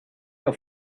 your